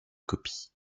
copie